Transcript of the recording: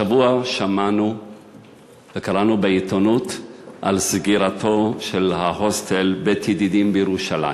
השבוע שמענו וקראנו בעיתונות על סגירת ההוסטל "בית-ידידים" בירושלים,